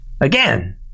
again